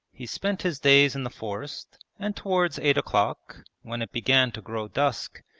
he spent his days in the forest, and towards eight o'clock, when it began to grow dusk,